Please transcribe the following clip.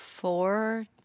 Four